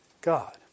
God